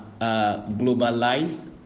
globalized